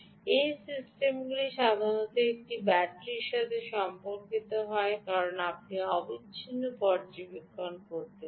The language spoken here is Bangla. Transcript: এই সিস্টেমগুলি সাধারণত একটি ব্যাটারির সাথে সম্পর্কিত হয় কারণ আপনি অবিচ্ছিন্ন পর্যবেক্ষণ করতে চান